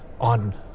on